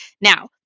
Now